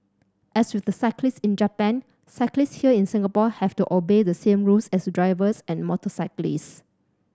as with the cyclists in Japan cyclists here in Singapore have to obey the same rules as drivers and motorcyclists